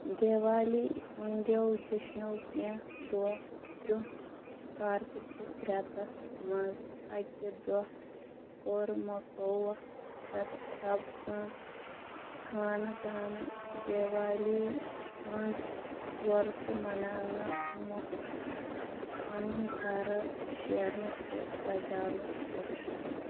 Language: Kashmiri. دیوالی ہٕنٛدیو جشنو کیٚنٛہہ دۄہ برٛونٛہہ کارتِک کِس رٮ۪تَس منٛز اَکہِ دۄہ کوٚر مکووہ حسرت بب سٕنٛز خانہٕ دانہٕ دیوالی ہُنٛد وۄرسُہ مناونہٕ مۄکھ پنُن گرٕ شیرنُک تہٕ سجاونُک فٲصلہٕ